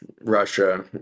Russia